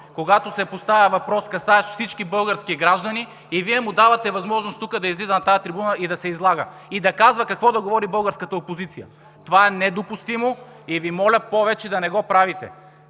когато се поставя въпрос, касаещ всички български граждани, и Вие му давате възможност тук да излиза на тази трибуна и да се излага, и да казва какво да говори българската опозиция. Това е недопустимо и Ви моля повече да не го правите!